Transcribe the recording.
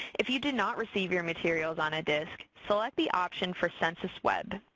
if you did not receive your materials on a disc, select the option for census web.